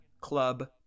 club